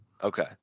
Okay